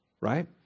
right